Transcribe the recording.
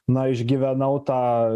na išgyvenau tą